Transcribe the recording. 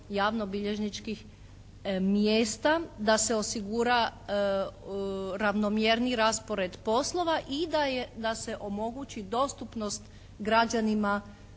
javnobilježničkih mjesta, da se osigura ravnomjerniji raspored poslova i da se omogući dostupnost građanima